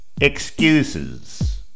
excuses